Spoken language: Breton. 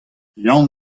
yann